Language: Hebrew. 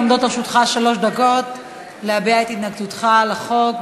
עומדות לרשותך שלוש דקות להביע את התנגדותך לחוק,